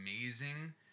amazing